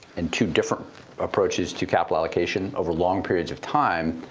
and two different approaches to capital allocation, over long periods of time,